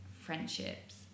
friendships